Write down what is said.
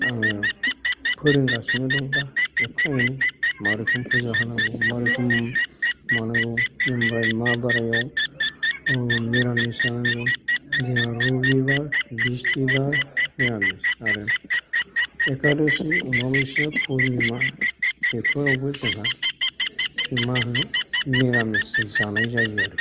आङो फोरोंगासिनो दं दा एफा एनै मा रोखोम फुजा होनांगौ मा रोखोम मा नांगौ ओमफ्राय मा बारायाव मिरामिस जानांगौ जोंहा रबिबार बिसथिबार मिरामिस आरो एकाद'सि अमाबस्या पुरनिमा बेफोरावबो जोंहा मा होनो मिरामिस जानाय जायो आरो